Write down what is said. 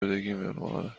میکند